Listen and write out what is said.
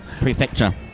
Prefecture